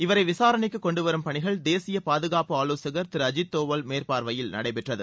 இவரை விசாரணைக்கு கொண்டுவரும் பணிகள் தேசிய பாதுகாப்பு ஆவோசகள் திரு அஜித் டோவல் மேற்பார்வையில் நடைபெற்றது